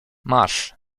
masz